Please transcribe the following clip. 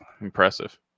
impressive